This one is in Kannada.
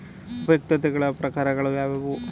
ಉಪಯುಕ್ತತೆಗಳ ಪ್ರಕಾರಗಳು ಯಾವುವು?